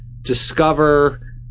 discover